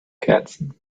kerzen